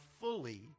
fully